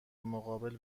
مقابل